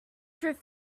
through